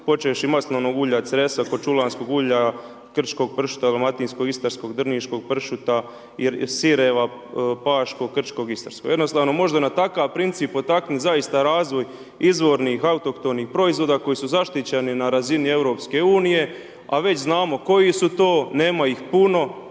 počevši od maslinovog ulja, Cresa, korčulanskog ulja, krčkog pršuta, dalmatinskog, istarskog, drniškog pršuta, sireva, paškog, krčkog i istarskog. Jednostavno možda na takav princip potaknuti zaista razvoj izvornih autohtonih proizvoda koji su zaštićeni na razini EU, a već znamo koji su to, nema ih puno,